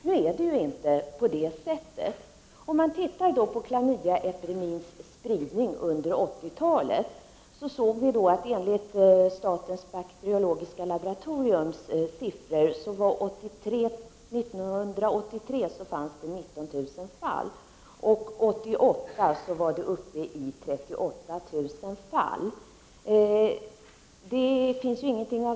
Nu är det ju inte på det sättet. Enligt statens bakteriologiska laboratoriums siffror när det gäller epidemins spridning fanns det 19 000 fall 1983 och 38 000 fall 1988.